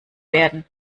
werden